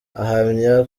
ahamya